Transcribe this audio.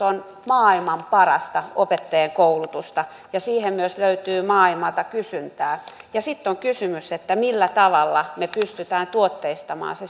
on maailman parasta opettajankoulutusta ja siihen löytyy myös maailmalta kysyntää sitten on on kysymys millä tavalla me pystymme tuotteistamaan sen